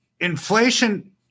inflation